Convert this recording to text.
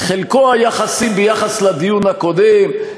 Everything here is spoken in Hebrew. חלקו היחסי, ביחס לדיון הקודם?